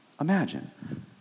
imagine